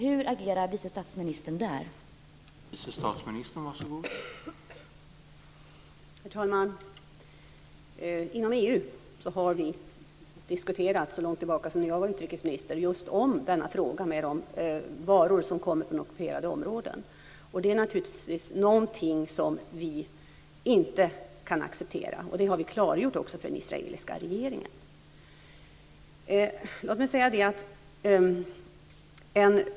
Hur agerar vice statsministern i det avseendet?